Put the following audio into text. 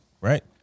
right